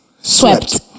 Swept